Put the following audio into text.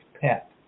pet